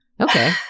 Okay